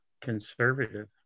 conservative